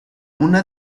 una